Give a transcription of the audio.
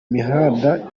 mihanda